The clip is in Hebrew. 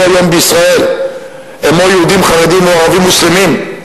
היום בישראל הם או יהודים חרדים או ערבים מוסלמים,